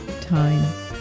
time